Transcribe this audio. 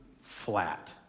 flat